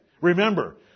Remember